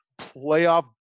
playoff